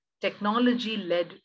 technology-led